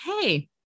hey